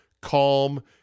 calm